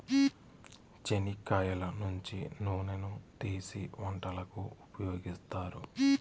చెనిక్కాయల నుంచి నూనెను తీసీ వంటలకు ఉపయోగిత్తారు